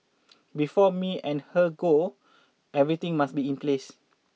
before me and her go everything must be in place